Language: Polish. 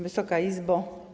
Wysoka Izbo!